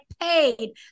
paid